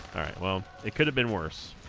alright well it could have been worse